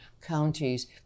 counties